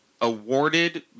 awarded